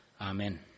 Amen